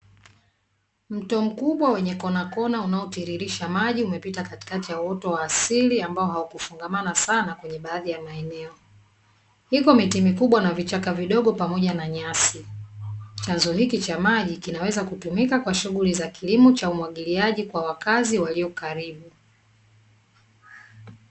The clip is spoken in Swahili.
Mto mkubwa wenye konakona unaotiririsha maji, umepita katikati ya uoto wa asili ambao haukufungamana sana kwenye baadhi ya maeneo, iko miti mikubwa na vichaka vidogo pamoja na nyasi. Chanzo hiki cha maji kinaweza kutumika kwa shughuli za kilimo cha umwagiliaji kwa wakazi walio karibu.